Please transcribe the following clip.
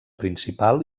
principal